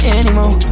anymore